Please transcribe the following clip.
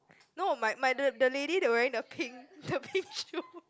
no my my the the lady wearing the pink the pink shoe~